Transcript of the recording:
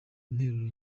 interuro